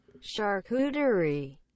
Charcuterie